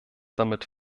damit